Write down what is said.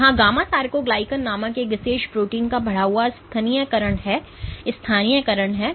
यहाँ gamma sarcoglycan नामक इस विशेष प्रोटीन का बढ़ा हुआ स्थानीयकरण है